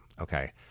Okay